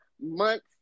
months